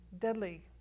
Deadly